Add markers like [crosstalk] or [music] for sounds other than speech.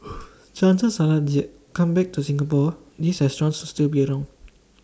[noise] chances are they come back to Singapore these restaurants still be around